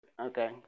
Okay